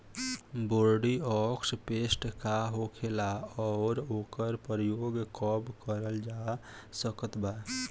Bordeaux paste का होखेला और ओकर प्रयोग कब करल जा सकत बा?